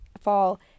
fall